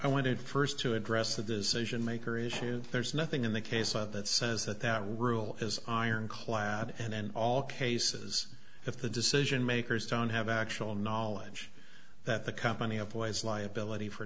wanted first to address the decision maker issue there's nothing in the case of that says that that rule is ironclad and in all cases if the decision makers don't have actual knowledge that the company of ways liability for